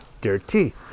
Dirty